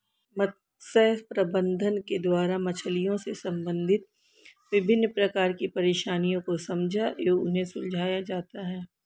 मत्स्य प्रबंधन के द्वारा मछलियों से संबंधित विभिन्न प्रकार की परेशानियों को समझा एवं उन्हें सुलझाया जाता है